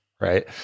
right